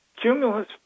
Cumulus